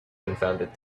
confounded